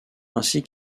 ainsi